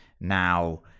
Now